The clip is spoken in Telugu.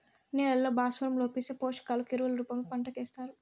నేలల్లో భాస్వరం లోపిస్తే, పోషకాలను ఎరువుల రూపంలో పంటకు ఏస్తారు